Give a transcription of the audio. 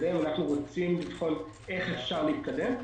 להתקדם ולבחון איך אפשר להתקדם.